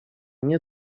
nie